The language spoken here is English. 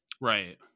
Right